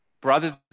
Brothers